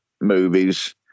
movies